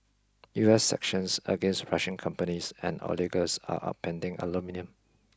U S sanctions against Russian companies and oligarchs are upending aluminium